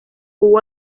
hubo